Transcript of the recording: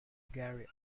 gary